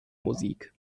musik